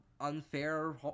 unfair